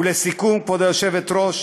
ולסיכום, כבוד היושבת-ראש,